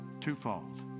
Twofold